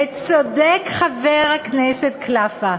וצודק חבר הכנסת קְלַפה,